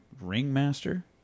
Ringmaster